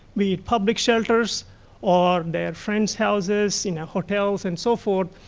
be it public shelters or their friends houses, in hotels, and so forth.